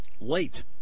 late